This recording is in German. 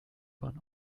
bahn